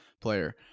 player